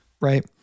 right